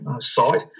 site